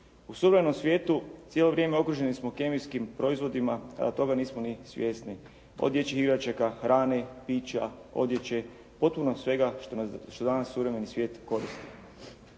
U suvremenom svijetu cijelo vrijeme okruženi smo kemijskim proizvodima da toga nismo ni svjesni, od dječjih igračaka, hrane, pića, odjeće, potpuno svega što danas suvremeni svijet koristi.